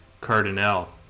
cardinal